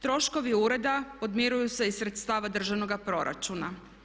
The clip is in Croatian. Troškovi ureda podmiruju se iz sredstava državnoga proračuna.